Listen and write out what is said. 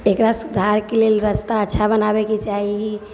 एकरा सुधारके लेल रास्ता अच्छा बनाबैके चाही